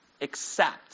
accept